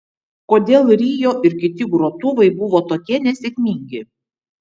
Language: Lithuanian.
kodėl rio ir kiti grotuvai buvo tokie nesėkmingi